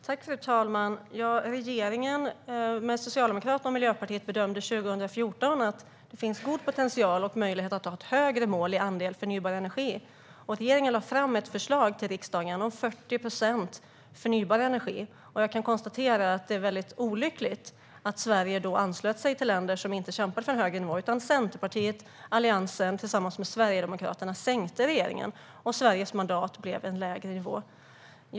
Fru talman! Regeringen med Socialdemokraterna och Miljöpartiet bedömde 2014 att det fanns en god potential att ha ett högre mål för andelen förnybar energi. Regeringen lade fram ett förslag till riksdagen om 40 procent förnybar energi. Jag kan konstatera att det är olyckligt att Sverige anslöt sig till länder som inte kämpade för en högre nivå. Centerpartiet och Alliansen tillsammans med Sverigedemokraterna sänkte regeringen, och Sveriges mandat blev en lägre nivå.